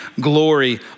glory